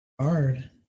Hard